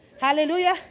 Hallelujah